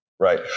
Right